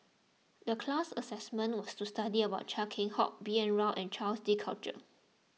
the class assisment was to study about Chia Keng Hock B N Rao and Jacques De Coutre